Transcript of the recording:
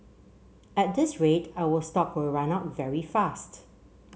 at this rate our stock will run out very fast